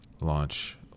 launch